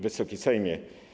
Wysoki Sejmie!